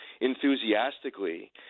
enthusiastically